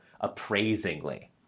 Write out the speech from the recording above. appraisingly